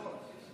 סליחה.